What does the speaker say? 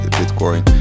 bitcoin